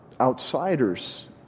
outsiders